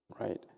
right